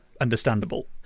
understandable